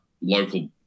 local